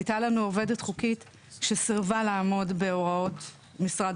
הייתה לנו עובדת חוקית שסירבה לעמוד בהוראות משרד